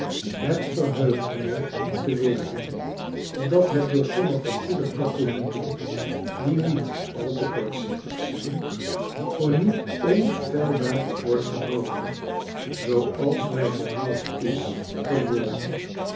het verheugt mij te weten dat het door sommige goede katholieken die niet al te kortzichtig zijn voor niet onfeilbaar wordt gehouden zooals mij verhaald is geworden